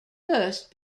first